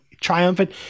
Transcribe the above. triumphant